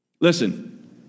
Listen